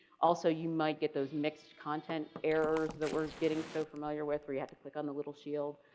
also you might get those mixed content errors that we're getting so familiar with. we have to click on the little shield,